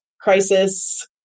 crisis